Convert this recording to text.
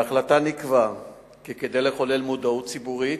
בהחלטה נקבע כי כדי לחולל מודעות ציבורית,